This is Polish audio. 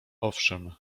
owszem